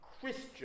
Christian